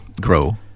grow